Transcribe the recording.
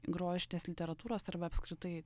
grožinės literatūros arba apskritai